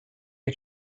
get